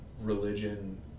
religion